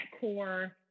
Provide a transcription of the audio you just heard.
core